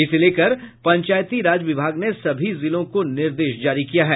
इसे लेकर पंचायती राज विभाग ने सभी जिलों को निर्देश जारी किया है